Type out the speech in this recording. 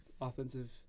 Offensive